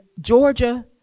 Georgia